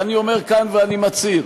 ואני אומר כאן ומצהיר: